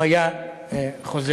הוא היה חוזר לכנסת הזאת.